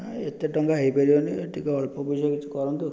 ଏତେ ଟଙ୍କା ହେଇପାରିବନି ଟିକେ ଅଳ୍ପ ପଇସା କିଛି କରନ୍ତୁ